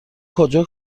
کجا